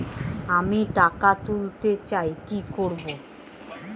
আমি টাকা তুলতে চাই কি করব?